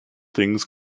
things